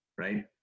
Right